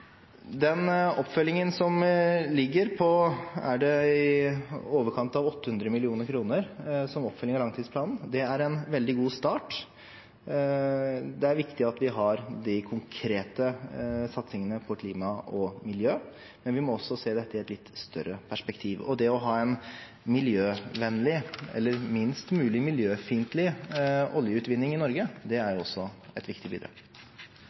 oppfølgingen av langtidsplanen, som ligger på i overkant av 800 mill. kr, er en veldig god start. Det er viktig at vi har de konkrete satsingene på klima og miljø, men vi må også se dette i et litt større perspektiv. Det å ha en miljøvennlig – eller minst mulig miljøfiendtlig – oljeutvinning i Norge er også et viktig bidrag.